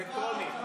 אלקטרונית,